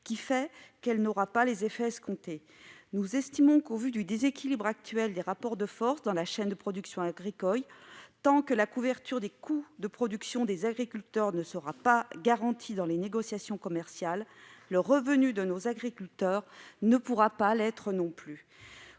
qui l'empêchera d'avoir l'effet escompté. Au vu du déséquilibre actuel des rapports de force dans la chaîne de production agricole, tant que la couverture des coûts de production des agriculteurs ne sera pas garantie dans les négociations commerciales, le revenu de nos agriculteurs ne pourra pas non plus